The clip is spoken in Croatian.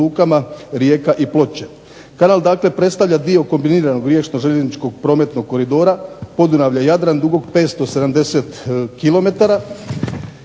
Rijeka i Ploče. Kanal dakle predstavlja dio kombiniranog riječno-željezničkog prometnog koridora Podunavlje – Jadran dubok 570 km,